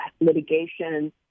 litigation